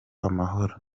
amahoro